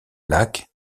lac